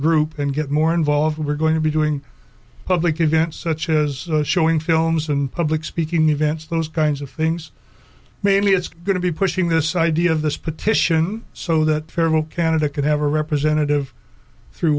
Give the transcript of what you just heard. group and get more involved we're going to be doing public events such as showing films and public speaking events those kinds of things mainly it's going to be pushing this idea of this petition so that federal candidate could have a representative through